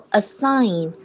assign